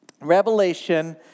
Revelation